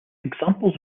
examples